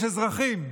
יש אזרחים,